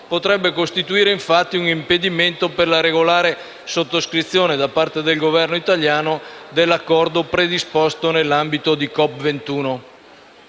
potrebbe costituire, infatti, un impedimento per la regolare sottoscrizione da parte del Governo italiano dell'accordo predisposto nell'ambito di COP 21.